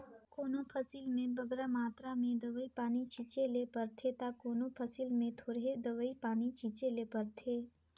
कोनो फसिल में बगरा मातरा में दवई पानी छींचे ले परथे ता कोनो फसिल में थोरहें दवई पानी छींचे ले परथे